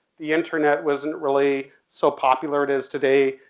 the internet wasn't really so popular it is today.